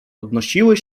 podnosiły